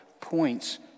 points